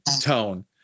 tone